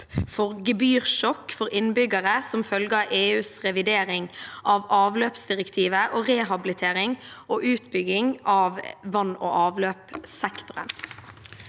for gebyrsjokk for innbyggere som følge av EUs revidering av avløpsdirektivet og rehabilitering og utbygging i vann- og avløpssektoren.